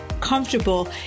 comfortable